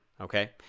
Okay